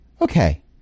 Okay